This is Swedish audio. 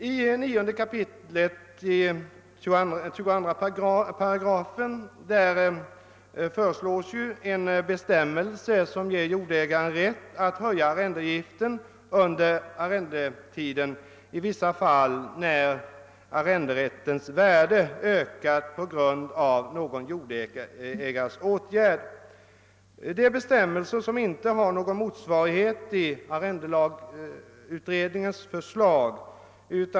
I 9 kap. 22 § föreslås bestämmelser som ger jordägaren rätt att höja arrendeavgiften under arrendetiden i vissa fall när arrenderättens värde ökat på grund av någon jordägarens åtgärd. Det är bestämmelser som inte har någon motsvarighet i arrendelagsutredningens förslag.